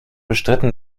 bestritten